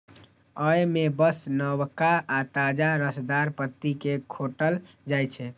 अय मे बस नवका आ ताजा रसदार पत्ती कें खोंटल जाइ छै